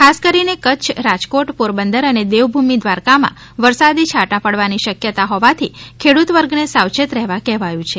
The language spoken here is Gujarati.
ખાસ કરીને કચ્છ રાજકોટ પોરબંદર અને દેવભૂમિ દ્વારકામાં વરસાદી છાંટા પાડવાની શક્યતા હોવાથી ખેડૂત વર્ગને સાવચેત રહેવા કહેવાયું છે